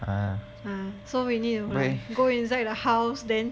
err so we need to my go inside a house then